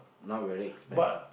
not really expensive